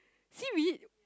seaweed